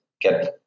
get